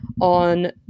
on